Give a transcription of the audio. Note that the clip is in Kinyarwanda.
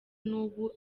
n’ubu